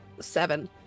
seven